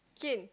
keen